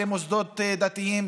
למוסדות דתיים,